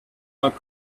are